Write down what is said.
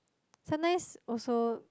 sometimes also